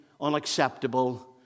unacceptable